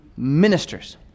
ministers